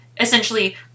essentially